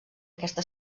aquesta